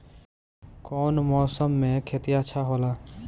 कौन मौसम मे खेती अच्छा होला?